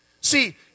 See